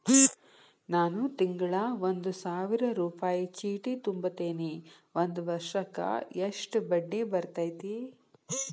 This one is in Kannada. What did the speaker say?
ನಾನು ತಿಂಗಳಾ ಒಂದು ಸಾವಿರ ರೂಪಾಯಿ ಚೇಟಿ ತುಂಬತೇನಿ ಒಂದ್ ವರ್ಷಕ್ ಎಷ್ಟ ಬಡ್ಡಿ ಬರತೈತಿ?